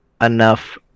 enough